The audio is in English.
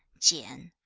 jian,